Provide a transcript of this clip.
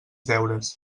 deures